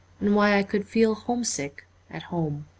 and why i could feel home sick at home.